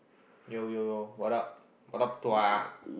yo yo yo what up what up